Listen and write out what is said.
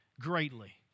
greatly